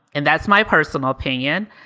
and that's my personal opinion.